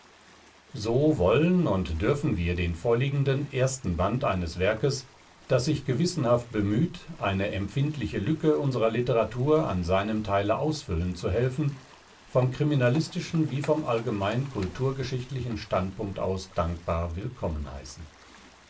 so wollen und dürfen wir den vorliegenden ersten band eines werkes das sich gewissenhaft bemüht eine empßndliche lücke unserer literatur an seinem teile ausfüllen zu helfen vom kriminalistischen wie vom allgemein kulturgeschichtlichen standpunkt aus dankbar willkomrnen heißen